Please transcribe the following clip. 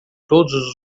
todos